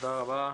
תודה רבה.